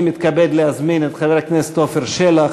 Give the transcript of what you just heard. אני מתכבד להזמין את חבר הכנסת עפר שלח